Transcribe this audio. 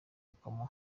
ukamuha